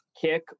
kick